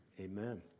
amen